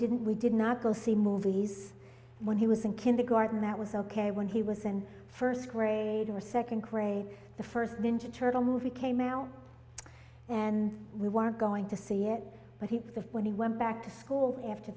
didn't we did not go see movies when he was in kindergarten that was ok when he was in first grade or second grade the first ninja turtle movie came out and we were going to see it but he when he went back to school after